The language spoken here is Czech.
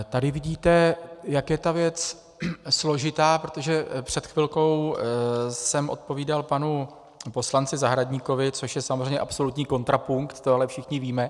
Tady vidíte, jak je ta věc složitá, protože před chvilkou jsem odpovídal panu poslanci Zahradníkovi, což je samozřejmě absolutní kontrapunkt, to ale všichni víme.